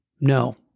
No